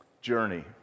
journey